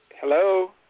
Hello